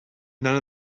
none